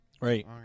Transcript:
Right